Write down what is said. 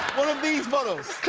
these bottles,